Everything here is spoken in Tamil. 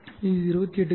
இது 28 கி